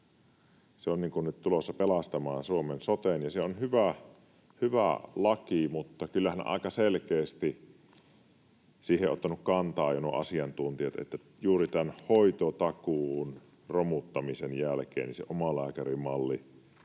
Se on nyt tulossa pelastamaan Suomen soten. Se on hyvä laki, mutta kyllähän aika selkeästi siihen ovat ottaneet kantaa jo nuo asiantuntijat, että juuri tämän hoitotakuun romuttamisen jälkeen se omalääkärimallin